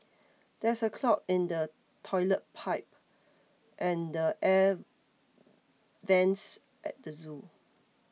there is a clog in the Toilet Pipe and the Air Vents at the zoo